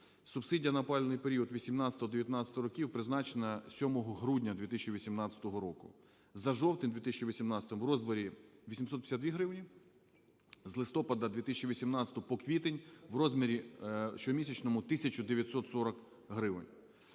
Субсидія на опалювальний період 2018-2019 років призначена 7 грудня 2018 року. За жовтень 2018 року - в розмірі 852 гривні, з листопада 2018 по квітень - в розмірі щомісячному 1 тисячу 940 гривень.